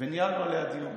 וניהלנו עליה דיון.